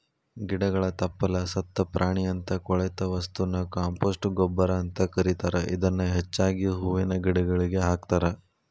ಗಿಡಗಳ ತಪ್ಪಲ, ಸತ್ತ ಪ್ರಾಣಿಯಂತ ಕೊಳೆತ ವಸ್ತುನ ಕಾಂಪೋಸ್ಟ್ ಗೊಬ್ಬರ ಅಂತ ಕರೇತಾರ, ಇದನ್ನ ಹೆಚ್ಚಾಗಿ ಹೂವಿನ ಗಿಡಗಳಿಗೆ ಹಾಕ್ತಾರ